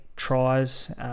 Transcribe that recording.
tries